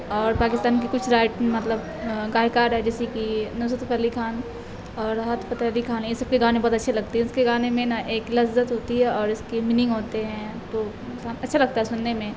اور پاکستان کی کچھ رائٹن مطلب گائکار ہے جیسے کہ نصرت فتح علی خان اور راحت فتح علی خان یہ سب کے گانے بہت اچھے لگتے ہیں اس کے گانے میں نا ایک لذت ہوتی ہے اور اس کی میننگ ہوتے ہیں تو اچھا لگتا ہے سننے میں